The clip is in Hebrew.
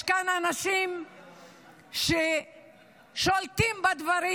יש כאן אנשים ששולטים בדברים.